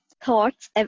thoughts